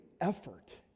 effort